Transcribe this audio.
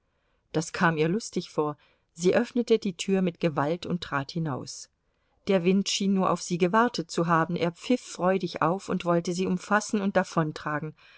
das kam ihr lustig vor sie öffnete die tür mit gewalt und trat hinaus der wind schien nur auf sie gewartet zu haben er pfiff freudig auf und wollte sie umfassen und